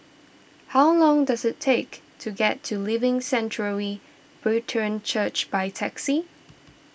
how long does it take to get to Living Sanctuary Brethren Church by taxi